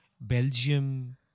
Belgium